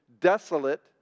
desolate